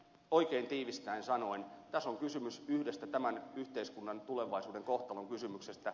oikein tiivistäen sanoen tässä on kysymys yhdestä tämän yhteiskunnan tulevaisuuden kohtalonkysymyksestä